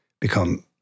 become